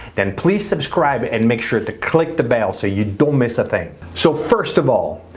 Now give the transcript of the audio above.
then please subscribe and make sure to click the bell. so you don't miss a thing. so first of all,